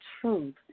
Truth